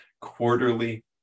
quarterly